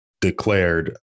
declared